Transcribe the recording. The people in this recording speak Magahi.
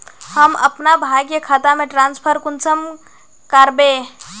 हम अपना भाई के खाता में ट्रांसफर कुंसम कारबे?